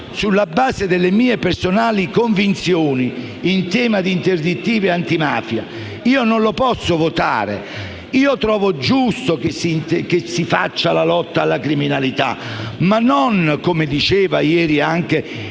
sulla base delle mie personali convinzioni in tema di interdittiva antimafia, io non lo posso votare. Trovo giusto che si faccia la lotta alla criminalità, ma - come diceva ieri anche